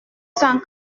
cent